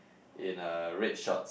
in a red shorts